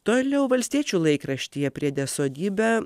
toliau valstiečių laikraštyje priede sodyba